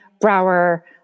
brower